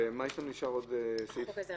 לחוק העזר